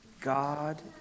God